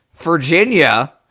Virginia